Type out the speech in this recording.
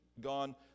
gone